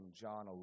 John